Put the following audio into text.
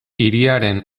hiriaren